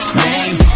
name